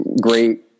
Great